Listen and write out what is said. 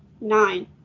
nine